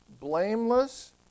blameless